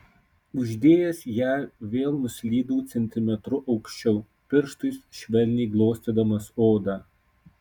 uždėjęs ją vėl nuslydau centimetru aukščiau pirštais švelniai glostydamas odą